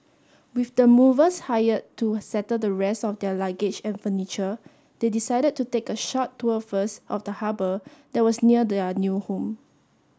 with the movers hired to settle the rest of their luggage and furniture they decided to take a short tour first of the harbour that was near their new home